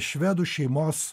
švedų šeimos